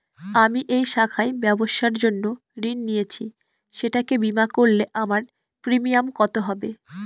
আমি এই শাখায় ব্যবসার জন্য ঋণ নিয়েছি সেটাকে বিমা করলে আমার প্রিমিয়াম কত হবে?